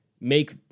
make